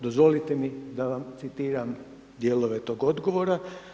Dozvolite mi da vam citiram dijelove tog odgovora.